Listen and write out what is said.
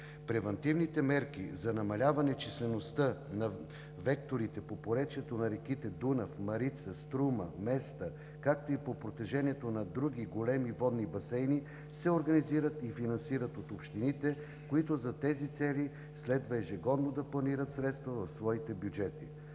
Превантивните мерки за намаляване на числеността на векторите по поречието на реките Дунав, Марица, Струма и Места, както и по протежението на други големи водни басейни се организират и финансират от общините, които за тези цели следва ежегодно да планират средства в своите бюджети.